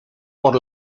por